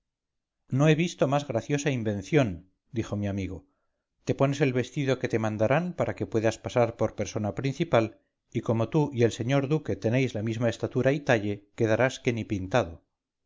no he visto más graciosa invención dijo mi amigo te pones el vestido que te mandarán para que puedas pasar por persona principal y como tú y el señor duque tenéis la misma estatura y talle quedarás que ni pintado